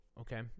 okay